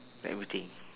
let me think